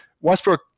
Westbrook